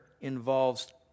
involves